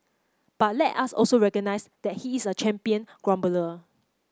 but let us also recognise that he is a champion grumbler